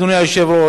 אדוני היושב-ראש,